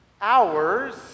hours